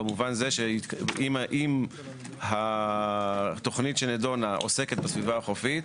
במובן הזה שאם התוכנית שנידונה עוסקת בסביבה החופית,